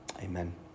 Amen